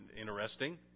Interesting